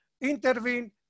intervene